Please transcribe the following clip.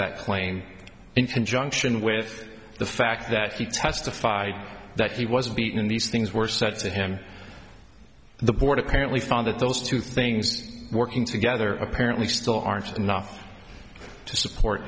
that playing in conjunction with the fact that he testified that he was beaten and these things were said to him the board apparently found that those two things working together apparently still aren't enough to support